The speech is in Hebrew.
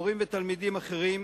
מורים ותלמידים אחרים,